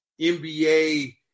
NBA